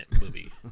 movie